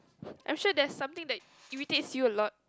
I'm sure there's something that irritates you a lot